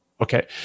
okay